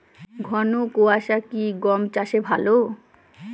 ঘন কোয়াশা কি গম চাষে ভালো?